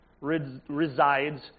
resides